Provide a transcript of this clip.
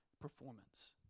performance